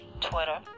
Twitter